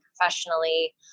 professionally